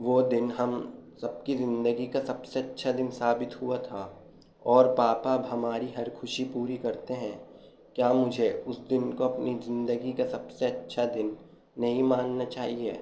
وہ دن ہم سب کی زندگی کا سب سے اچھا دن ثابت ہوا تھا اور پاپا اب ہماری ہر خوشی پوری کرتے ہیں کیا مجھے اس دن کو اپنی زندگی کا سب سے اچھا دن نہیں ماننا چاہیے